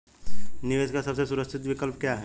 निवेश का सबसे सुरक्षित विकल्प क्या है?